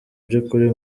by’ukuri